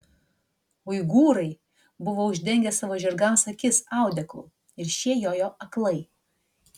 uigūrai buvo uždengę savo žirgams akis audeklu ir šie jojo aklai